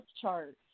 chart